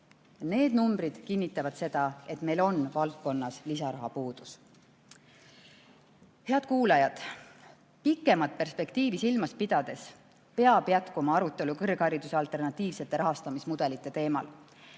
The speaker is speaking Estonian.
Need numbrid kinnitavad seda, et meil on valdkonnas lisaraha puudus. Head kuulajad! Pikemat perspektiivi silmas pidades peab jätkuma arutelu kõrghariduse rahastamise alternatiivsete mudelite teemal.